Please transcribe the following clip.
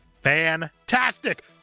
Fantastic